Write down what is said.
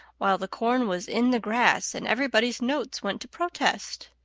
while the corn was in the grass, and everybody's notes went to protest?